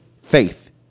faith